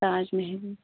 Taj Mahal